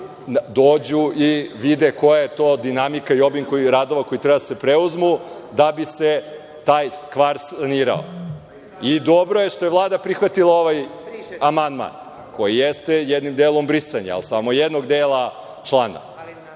dođu i vide koja je to dinamika i obim radova koji treba da se preuzmu, da bi se taj kvar sanirao. I dobro je što je Vlada prihvatila ovaj amandman koji jeste jednim delom brisanje, ali samo jednog dela člana. Želim